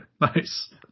nice